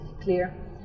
clear